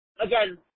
Again